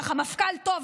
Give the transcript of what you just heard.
ככה מפכ"ל טוב,